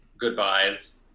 goodbyes